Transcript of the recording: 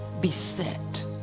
beset